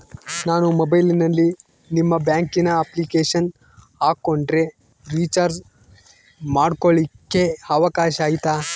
ನಾನು ಮೊಬೈಲಿನಲ್ಲಿ ನಿಮ್ಮ ಬ್ಯಾಂಕಿನ ಅಪ್ಲಿಕೇಶನ್ ಹಾಕೊಂಡ್ರೆ ರೇಚಾರ್ಜ್ ಮಾಡ್ಕೊಳಿಕ್ಕೇ ಅವಕಾಶ ಐತಾ?